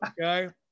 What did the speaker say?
Okay